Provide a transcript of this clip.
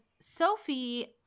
Sophie